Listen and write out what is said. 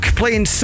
playing